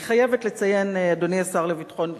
אני חייבת לציין, אדוני השר לביטחון פנים,